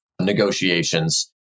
negotiations